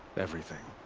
everything.